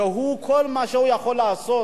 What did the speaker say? שכל מה שהוא יכול לעשות